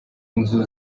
inzu